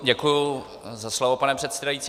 Děkuji za slovo, pane předsedající.